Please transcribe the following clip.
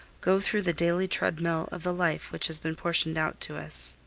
go through the daily treadmill of the life which has been portioned out to us.